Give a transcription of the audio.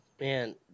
Man